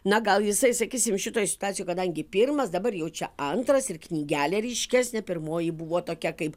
na gal jisai sakysim šitoj situacijoj kadangi pirmas dabar jau čia antras ir knygelė ryškesnė pirmoji buvo tokia kaip